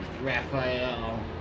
Raphael